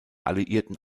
alliierten